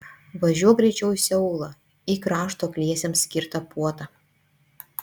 važiuok greičiau į seulą į krašto akliesiems skirtą puotą